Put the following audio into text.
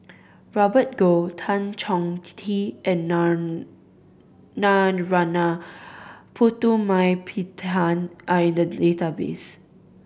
Robert Goh Tan Chong Tee and Narana Putumaippittan are in the database